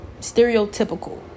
stereotypical